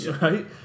right